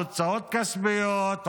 הוצאות כספיות,